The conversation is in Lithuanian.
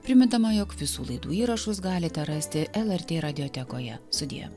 primindama jog visų laidų įrašus galite rasti lrt radiotekoje sudie